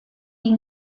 die